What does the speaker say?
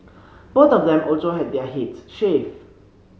both of them also had their heads shaved